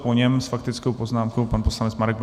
Po něm s faktickou poznámkou pan poslanec Marek Benda.